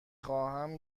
خواهم